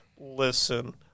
listen